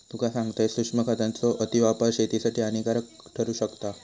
तुका सांगतंय, सूक्ष्म खतांचो अतिवापर शेतीसाठी हानिकारक ठरू शकता